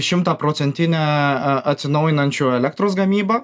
šimtaprocentinę atsinaujinančių elektros gamybą